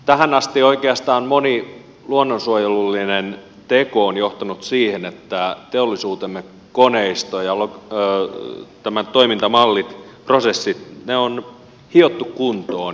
tähän asti oikeastaan moni luonnonsuojelullinen teko on johtanut siihen että teollisuutemme koneisto ja toimintamallit prosessit on hiottu kuntoon